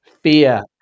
fear